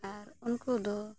ᱟᱨ ᱩᱱᱠᱩ ᱫᱚ